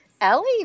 Ellie